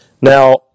Now